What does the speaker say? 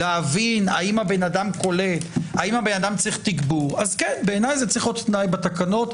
להבין האם האדם קולט או צריך תגבור בעיניי זה צריך להיות תנאי בתקנות.